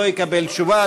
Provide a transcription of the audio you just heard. לא יקבל תשובה,